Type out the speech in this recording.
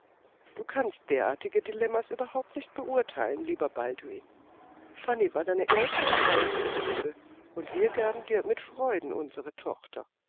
du kannst derartige dilemmas überhaupt nicht beurteilen lieber balduin fanny war deine erste und einzige liebe und wir gaben dir mit freuden unsere tochter